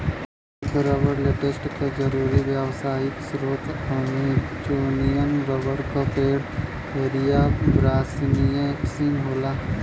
सुद्ध rubber latex क जरुरी व्यावसायिक स्रोत अमेजोनियन रबर क पेड़ हेविया ब्रासिलिएन्सिस होला